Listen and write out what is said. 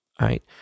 right